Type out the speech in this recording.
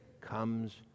comes